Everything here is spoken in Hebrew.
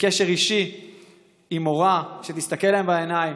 לקשר אישי עם מורה שתסתכל להם בעיניים,